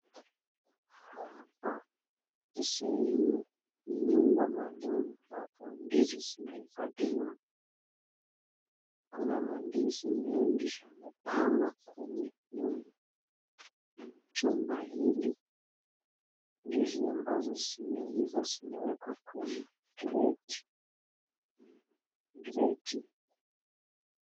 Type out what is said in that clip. Hapa ni sehemu, ni nyumba maalum ambapo ndizi zinahifadhiwa. Kuna mandizi mengi imepangwa kwenye chumba hili. Ndizi ambazo zimeiva zimewekwa kwenye kreti.